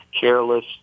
careless